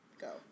Go